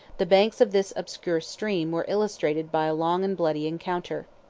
the banks of this obscure stream were illustrated by a long and bloody encounter.